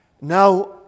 Now